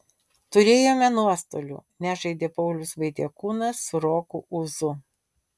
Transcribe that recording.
turėjome nuostolių nežaidė paulius vaitiekūnas su roku ūzu